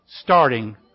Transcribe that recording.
starting